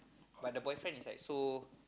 but the boyfriend is like so